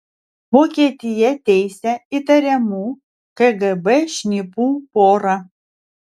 vokietija teisia įtariamų kgb šnipų porą